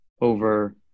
over